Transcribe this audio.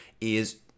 is-